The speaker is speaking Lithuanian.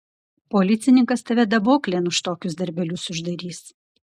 policininkas tave daboklėn už tokius darbelius uždarys